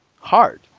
hard